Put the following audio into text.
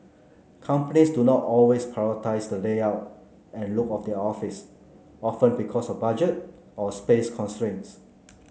companies do not always prioritise the layout and look of their office often because of budget or space constraints